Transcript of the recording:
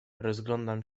rozglądam